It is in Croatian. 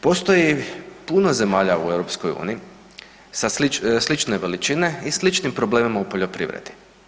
Postoji puno zemalja u EU slične veličine i sličnim problemima u poljoprivredi.